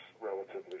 relatively